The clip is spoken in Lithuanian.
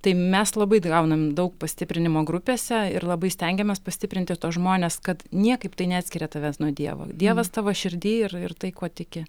tai mes labai d gaunam daug pastiprinimo grupėse ir labai stengiamės pastiprinti tuos žmones kad niekaip tai neatskiria tavęs nuo dievo dievas tavo širdy ir ir tai kuo tiki